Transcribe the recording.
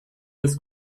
des